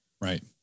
Right